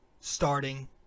starting